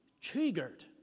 triggered